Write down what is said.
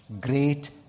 great